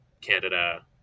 Canada